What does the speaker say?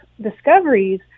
discoveries